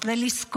איך נהנינו?